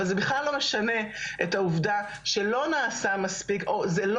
אבל זה בכלל לא משנה את העובדה שלא נעשה מספיק ושזה לא